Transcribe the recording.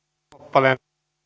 arvoisa